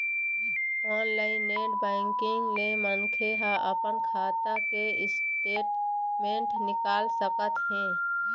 online net banking ले मनखे ह अपन खाता के स्टेटमेंट निकाल सकत हे